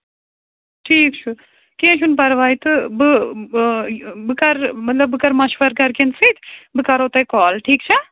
ٹھیٖک چھُ کیٚنٛہہ چھُنہٕ پَرواے تہٕ بہٕ آ بہٕ کَرٕ مطلب بہٕ کَرٕ مَشوَر گَرِکٮ۪ن سۭتۍ بہٕ کَرہو تۄہہِ کال ٹھیٖک چھا